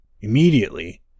Immediately